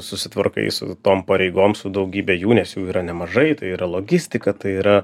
susitvarkai su tom pareigom su daugybe jų nes jų yra nemažai tai yra logistika tai yra